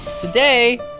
Today